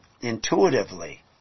intuitively